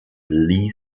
lee